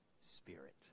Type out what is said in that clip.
spirit